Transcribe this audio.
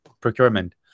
procurement